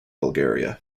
bulgaria